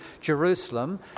Jerusalem